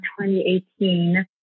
2018